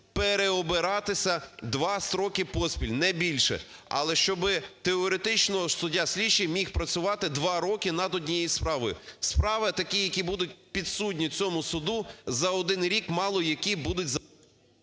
переобиратися два строки поспіль, не більше. Але щоб теоретично суддя-слідчий міг працювати два роки над однією справою. Справи такі, які будуть підсудні цьому суду, за один рік мало які будуть …